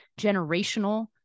generational